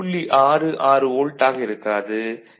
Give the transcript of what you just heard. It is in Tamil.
66 வோல்ட் ஆக இருக்காது